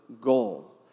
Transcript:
goal